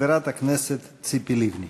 חברת הכנסת ציפי לבני.